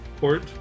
port